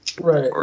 Right